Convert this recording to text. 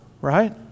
right